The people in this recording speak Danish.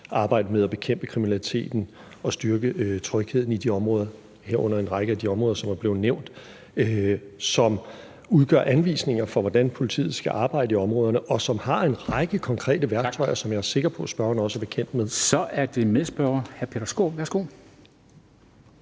arbejde med at bekæmpe kriminaliteten og styrke trygheden i de områder, herunder en række af de områder, som er blevet nævnt, som giver anvisninger for, hvordan politiet skal arbejde i områderne, og som har en række konkrete værktøjer, som jeg er sikker på spørgeren også er bekendt med. Kl. 13:25 Formanden (Henrik Dam